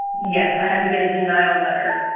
yes. i had to get a denial letter.